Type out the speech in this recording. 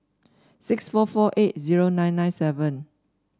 six four four eight zero nine nine seven